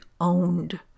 owned